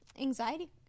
anxiety